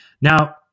Now